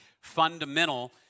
fundamental